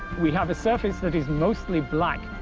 we have a surface that is mostly black,